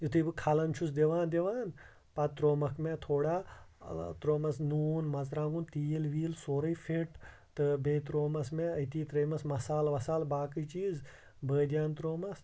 یِتھُے بہٕ کَھلَن چھُس دِوان دِوان پَتہٕ تروومَکھ مےٚ تھوڑا تروومَس نوٗن مَژروانگُن تیٖل ویٖل سورُے فِٹ تہٕ بیٚیہِ تروومَس مےٚ أتی ترٲے مَس مےٚ مسالہٕ وسالہٕ باقٕے چیٖز بٲدیان تروومَس